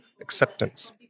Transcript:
acceptance